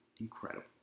incredible